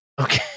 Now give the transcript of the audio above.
Okay